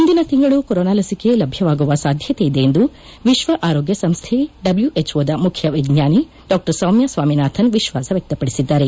ಮುಂದಿನ ತಿಂಗಳು ಕೊರೊನಾ ಲಸಿಕೆ ಲಭ್ಯವಾಗುವ ಸಾಧ್ಯತೆಯಿದೆ ಎಂದು ವಿಶ್ವ ಆರೋಗ್ಯ ಸಂಸ್ದೆ ಡಬ್ಲೂಎಚ್ಓ ದ ಮುಖ್ಯ ವಿಜ್ಞಾನಿ ಡಾ ಸೌಮ್ಯ ಸ್ವಾಮಿನಾಥನ್ ವಿಶ್ವಾಸ ವ್ಯಕ್ತಪಡಿಸಿದ್ದಾರೆ